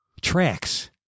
Tracks